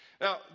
Now